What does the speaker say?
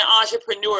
entrepreneur